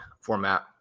format